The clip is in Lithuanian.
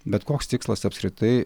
bet koks tikslas apskritai